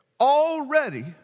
already